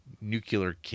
nuclear